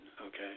okay